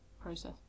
process